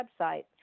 website